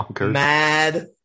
mad